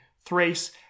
Thrace